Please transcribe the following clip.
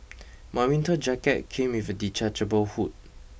my winter jacket came with a detachable hood